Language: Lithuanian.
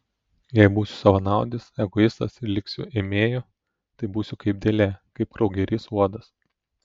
jei būsiu savanaudis egoistas ir liksiu ėmėju tai būsiu kaip dėlė kaip kraugerys uodas